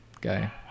guy